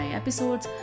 episodes